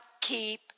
keep